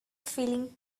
feeling